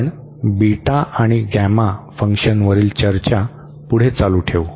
आपण बीटा आणि गॅमा फंक्शनवरील चर्चा चालू ठेवू